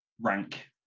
rank